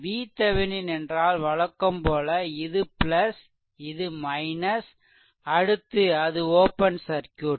VThevenin என்றால் வழக்கம்போல இது இது - அடுத்து அது ஓப்பன் சர்க்யூட்